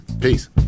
Peace